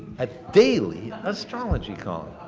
a daily astrology column.